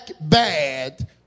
bad